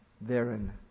Therein